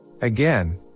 Again